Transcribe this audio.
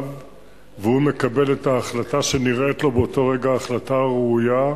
לפניו והוא מקבל את ההחלטה שנראית לו באותו רגע ההחלטה הראויה,